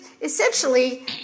essentially